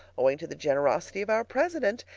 owing to the generosity of our president,